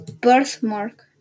Birthmark